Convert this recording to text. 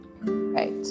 Right